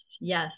Yes